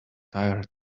tired